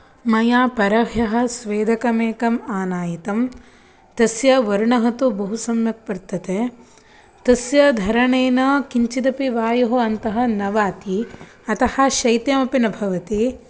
मया परह्यः स्वेदकम् एकम् आनीतम् तस्यः वर्णः तु बहु सम्यक् वर्तते तस्य धरणेन किञ्चिदपि वायुः अन्तः न वाति अतः शैत्यमपि न भवति